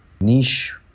niche